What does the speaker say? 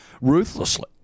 ruthlessly